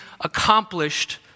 accomplished